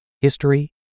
history